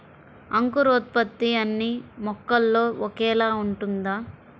అంకురోత్పత్తి అన్నీ మొక్కలో ఒకేలా ఉంటుందా?